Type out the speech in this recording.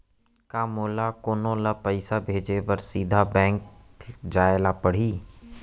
का मोला कोनो ल पइसा भेजे बर सीधा बैंक जाय ला परही?